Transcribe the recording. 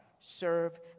serve